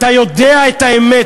אתה יודע את האמת.